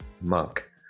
Monk